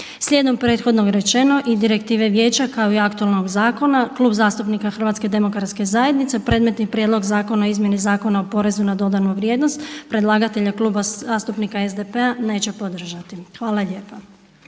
Slijedom prethodnog rečeno i Direktive Vijeća kao i aktualnog zakona Klub zastupnika HDZ-a predmetni Prijedlog zakona o izmjeni Zakona o PDV-u predlagatelja Kluba zastupnika SDP-a neće podržati. Hvala lijepa.